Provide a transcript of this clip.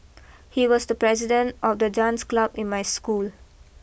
he was the president of the dance club in my school